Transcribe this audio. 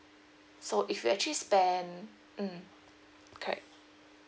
so if you actually spend mm correct